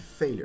failure